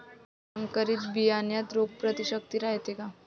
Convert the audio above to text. संकरित बियान्यात रोग प्रतिकारशक्ती रायते का?